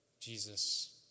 Jesus